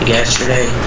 yesterday